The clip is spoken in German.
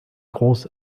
groß